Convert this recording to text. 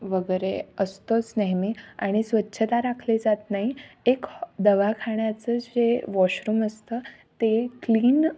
वगैरे असतोच नेहमी आणि स्वच्छता राखली जात नाही एक हॉ दवाखान्याचं जे वॉशरुम असतं ते क्लीन